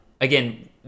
again